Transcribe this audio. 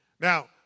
Now